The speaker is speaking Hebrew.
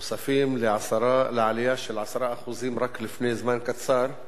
נוספים לעלייה ב-10% רק לפני זמן קצר,